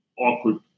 awkward